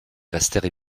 restèrent